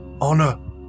honor